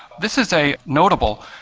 this is a notable,